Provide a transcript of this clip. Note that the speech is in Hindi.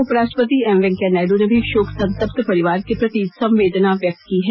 उपराष्ट्रपति एम वेंकैया नायडू ने भी शोक संतप्त परिवार के प्रति संवेदना व्यक्त की हैं